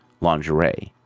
lingerie